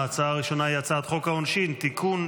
ההצעה הראשונה היא הצעת חוק העונשין (תיקון,